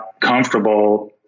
comfortable